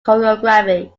choreography